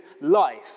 life